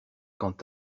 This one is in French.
quant